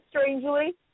strangely